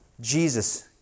Jesus